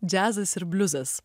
džiazas ir bliuzas